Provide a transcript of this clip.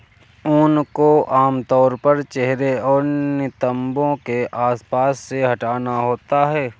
ऊन को आमतौर पर चेहरे और नितंबों के आसपास से हटाना होता है